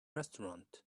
restaurant